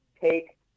take